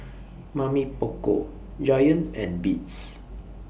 Mamy Poko Giant and Beats